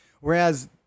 Whereas